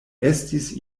estis